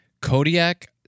Kodiak